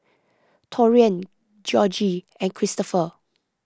Taurean Georgie and Kristopher